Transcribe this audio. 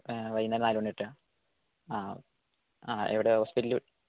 വൈകുന്നേരം നാല് മണി തൊട്ട് ആ ആ എവിടെയാണ് ഹോസ്പിറ്റല്